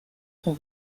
son